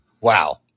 Wow